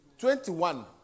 Twenty-one